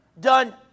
done